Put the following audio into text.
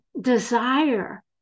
desire